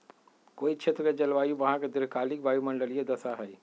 कोई क्षेत्र के जलवायु वहां के दीर्घकालिक वायुमंडलीय दशा हई